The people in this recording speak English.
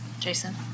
Jason